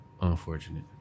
Unfortunate